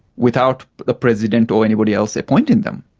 without the president or anybody else appointing them.